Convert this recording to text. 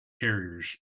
carriers